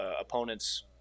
opponents